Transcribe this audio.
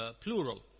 plural